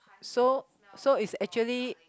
so so is actually